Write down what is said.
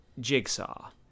Jigsaw